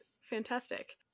fantastic